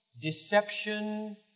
deception